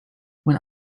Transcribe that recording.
when